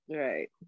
Right